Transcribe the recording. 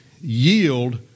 yield